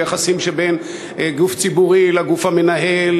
ביחסים שבין גוף ציבורי לגוף המנהל,